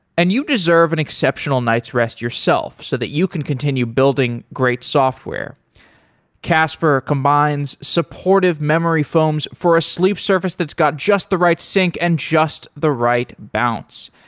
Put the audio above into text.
and you deserve an exceptional night's rest yourself, so that you can continue building great software casper combines supportive memory foams for a sleep surface that's got just the right sync and just the right bounce.